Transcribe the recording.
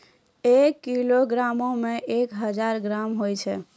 एक किलोग्रामो मे एक हजार ग्राम होय छै